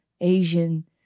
Asian